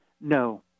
No